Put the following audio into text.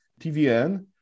TVN